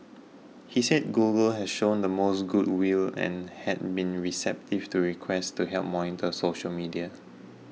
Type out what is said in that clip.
he said Google has shown the most good will and had been receptive to requests to help monitor social media